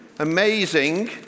amazing